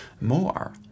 more